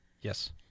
Yes